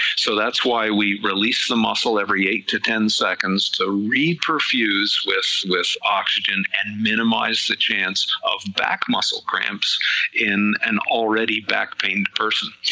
so that's why we release the muscle every eight to ten seconds to reperfuse with with oxygen and minimize the chance of back muscle cramps in an already back pained person,